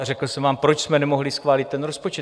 Řekl jsem vám, proč jsme nemohli schválit ten rozpočet.